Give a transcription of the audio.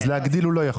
אז להגדיל הוא לא יכול.